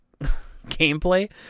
gameplay